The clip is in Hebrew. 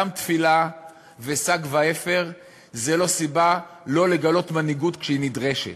גם תפילה ושק ואפר זה לא סיבה לא לגלות מנהיגות כשהיא נדרשת.